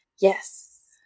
Yes